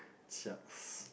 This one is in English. shucks